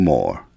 More